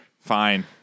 Fine